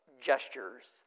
gestures